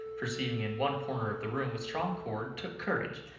perceiving in one corner of the room a strong cord, took courage,